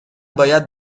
باید